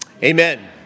Amen